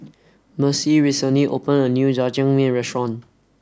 Mercy recently opened a new Jajangmyeon restaurant